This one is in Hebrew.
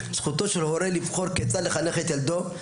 זכותו של הורה לבחור כיצד לחנך את ילדו,